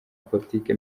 politiki